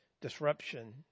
disruption